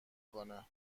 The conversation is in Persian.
کنه